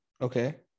Okay